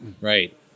right